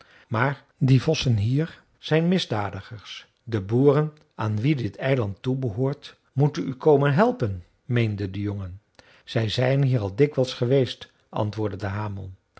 maar die vossen hier zijn misdadigers de boeren aan wie dit eiland toebehoort moeten u komen helpen meende de jongen zij zijn hier al dikwijls geweest antwoordde de hamel